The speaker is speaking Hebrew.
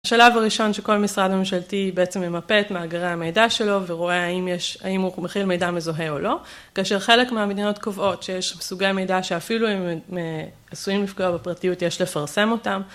השלב הראשון הוא שכל משרד ממשלתי בעצם ממפת את מאגרי המידע שלו ורואה האם הוא מכיל מידע מזוהה או לא, כאשר חלק מהמדינות קובעות שיש סוגי מידע שאפילו אם הם עשויים לפגוע בפרטיות יש לפרסם אותם.